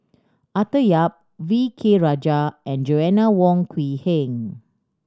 Arthur Yap V K Rajah and Joanna Wong Quee Heng